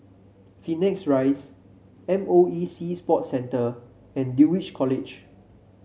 Phoenix Rise M O E Sea Sports Centre and Dulwich College